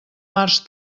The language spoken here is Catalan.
març